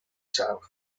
south